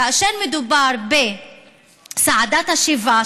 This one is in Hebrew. כאשר מדובר בצעדת השיבה,